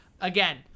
again